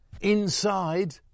inside